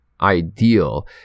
ideal